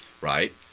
right